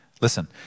Listen